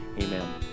Amen